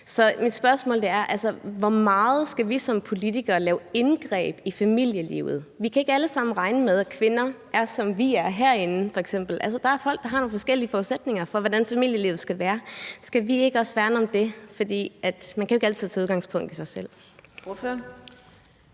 Så mit spørgsmål er: Hvor meget skal vi som politikere lave indgreb i familielivet? Vi kan ikke alle sammen regne med, at kvinder er, som vi f.eks. er herinde. Altså, der er folk, der har nogle forskellige forudsætninger, i forhold til hvordan familielivet skal være. Skal vi ikke også værne om det? For man kan jo ikke altid tage udgangspunkt i sig selv.